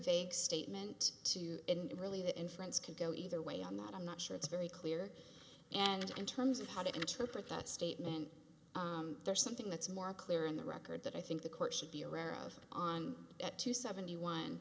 vague statement too and really the inference could go either way i'm not i'm not sure it's very clear and in terms of how to interpret that statement there's something that's more clear in the record that i think the court should be aware of on at two seventy one